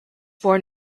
born